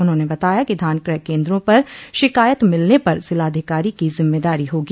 उन्होंने बताया कि धान क्रय केन्द्रों पर शिकायत मिलने पर जिलाधिकारी की जिम्मेदारी होगी